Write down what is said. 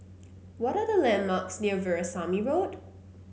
what are the landmarks near Veerasamy Road